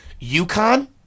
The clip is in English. UConn